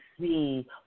see